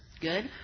good